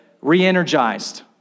re-energized